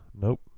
nope